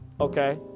okay